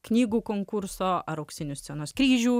knygų konkurso ar auksinių scenos kryžių